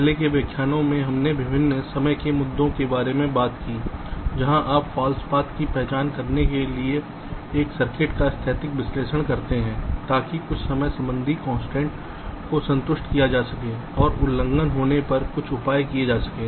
पहले के व्याख्यानों में हमने विभिन्न समय के मुद्दों के बारे में बात की जहाँ आप फॉल्स पाथ की पहचान करने के लिए एक सर्किट का स्थैतिक विश्लेषण करते हैं ताकि कुछ समय संबंधी कंस्ट्रेंट्स को संतुष्ट किया जा सके और उल्लंघन होने पर कुछ उपाय किए जा सकें